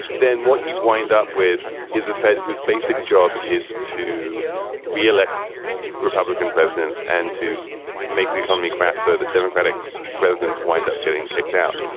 then what you wind up with is a fed whose basic job is to re-elect republican presidents and to make the economy crap so that democratic presidents wind up getting kicked out.